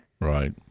Right